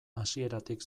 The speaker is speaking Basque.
hasieratik